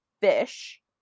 fish